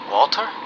Walter